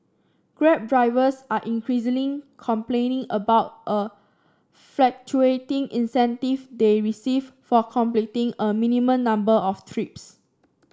grab drivers are increasingly complaining about a fluctuating incentive they receive for completing a minimum number of trips